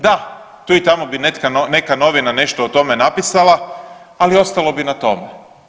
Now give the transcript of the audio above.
Da, tu i tamo bi neka novina nešto o tome napisala, ali ostalo bi na tome.